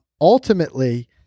ultimately